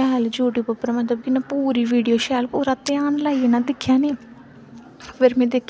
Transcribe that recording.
होंदा सारें ओह् इक्क इक्क पाये दा पर ओह् सोआद जेह्ड़ा कुसै चीज़ै